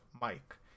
Mike